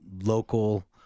local